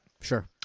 Sure